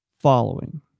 following